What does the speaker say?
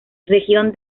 región